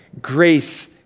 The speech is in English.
Grace